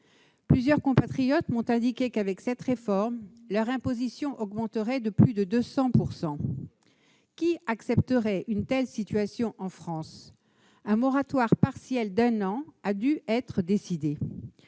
Plusieurs compatriotes m'ont indiqué que, avec cette réforme, leur imposition augmenterait de plus de 200 %... Qui accepterait une telle situation en France ? Un moratoire partiel d'un an a dû être décidé.